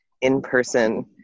in-person